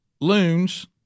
loons